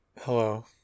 Hello